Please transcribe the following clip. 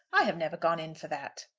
i have never gone in for that.